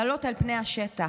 לעלות על פני השטח.